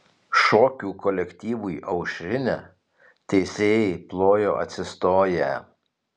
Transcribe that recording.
šokių kolektyvui aušrinė teisėjai plojo atsistoję